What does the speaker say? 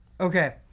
Okay